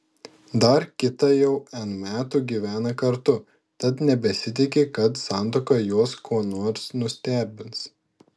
dar kita jau n metų gyvena kartu tad nebesitiki kad santuoka juos kuo nors nustebins